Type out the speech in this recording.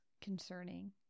concerning